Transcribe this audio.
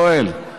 יואל,